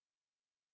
okay